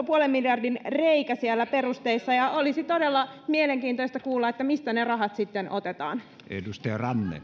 puolen miljardin reikä siellä perusteissa ja olisi todella mielenkiintoista kuulla mistä ne rahat sitten otetaan